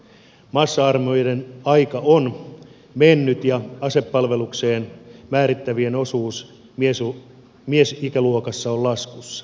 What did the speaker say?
massa armeijoiden ai ka on mennyt ja asepalvelukseen määrättävien osuus miesikäluokassa on laskussa